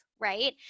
right